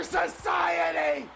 society